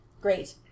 Great